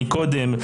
מקודם,